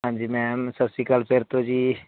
ਹਾਂਜੀ ਮੈਮ ਸਤਿ ਸ਼੍ਰੀ ਅਕਾਲ ਫਿਰ ਤੋਂ ਜੀ